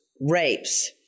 rapes